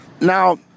now